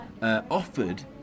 Offered